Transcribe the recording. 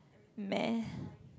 meh